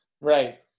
Right